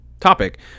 topic